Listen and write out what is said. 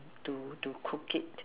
to to to cook it